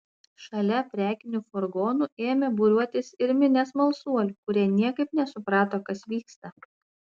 šalia prekinių furgonų ėmė būriuotis ir minia smalsuolių kurie niekaip nesuprato kas vyksta